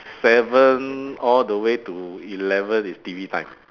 seven all the way to eleven is T_V time